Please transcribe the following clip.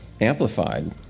amplified